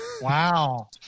Wow